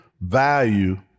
value